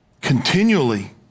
continually